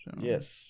Yes